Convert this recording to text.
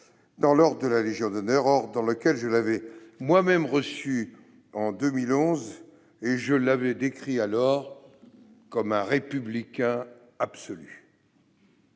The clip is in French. dans l'ordre de la Légion d'honneur, ordre dans lequel je l'avais moi-même reçu en 2011- je l'avais décrit alors comme un « républicain absolu